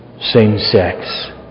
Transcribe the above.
same-sex